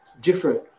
different